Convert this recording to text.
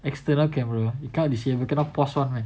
external camera you can't see you cannot pause one meh